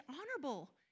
honorable